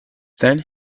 then